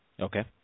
Okay